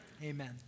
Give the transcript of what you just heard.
Amen